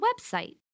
website